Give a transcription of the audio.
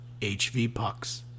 HVPucks